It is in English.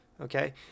Okay